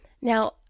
Now